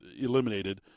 eliminated